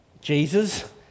Jesus